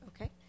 Okay